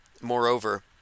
moreover